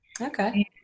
Okay